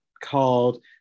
called